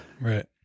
Right